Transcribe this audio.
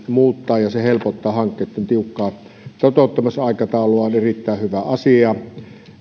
muuttaa ja helpottaa hankkeitten tiukkaa toteuttamisaikataulua ja on erittäin hyvä asia